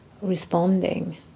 responding